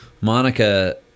Monica